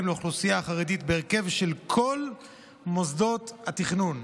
לאוכלוסייה החרדית בהרכב של כל מוסדות התכנון.